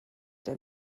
der